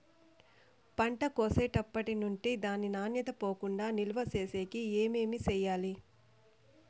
పంట కోసేటప్పటినుండి దాని నాణ్యత పోకుండా నిలువ సేసేకి ఏమేమి చేయాలి?